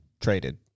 traded